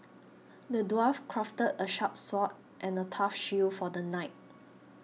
the dwarf crafted a sharp sword and a tough shield for the knight